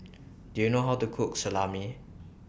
Do YOU know How to Cook Salami